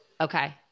okay